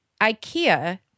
Ikea